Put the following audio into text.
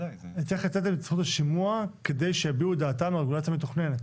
צריך לתת להם את זכות השימוע כדי שיביעו את דעתם על רגולציה מתוכננת.